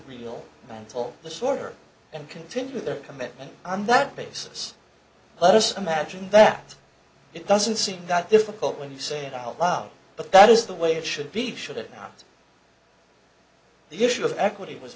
real mental disorder and continue their commitment on that basis let us imagine that it doesn't seem that difficult when you say it out loud but that is the way it should be should it not be the issue of equity it was